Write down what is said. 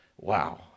Wow